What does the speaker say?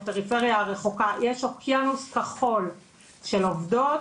בפריפריה הרחוקה יש אוקיינוס כחול של עובדות